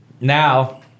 now